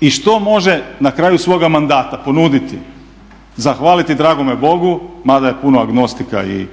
I što može na kraju svoga mandata ponuditi? Zahvaliti dragome Bogu, mada je puna agnostika i